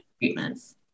treatments